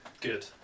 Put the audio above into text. Good